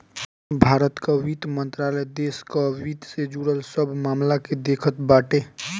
भारत कअ वित्त मंत्रालय देस कअ वित्त से जुड़ल सब मामल के देखत बाटे